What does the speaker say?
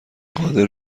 قادر